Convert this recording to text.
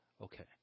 Okay